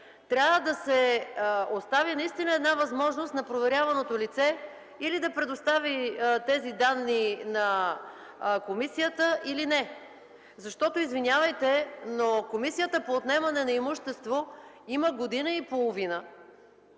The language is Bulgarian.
трябва да се остави възможност на проверяваното лице или да предостави тези данни на комисията, или не. Извинявайте, но Комисията по отнемане на имущество има година и половина